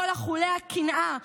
כל אכולי הקנאה שהיום,